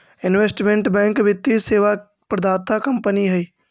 investment bank वित्तीय सेवा प्रदाता कंपनी हई